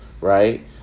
right